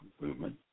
movement